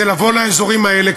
זה לבוא לאזורים האלה,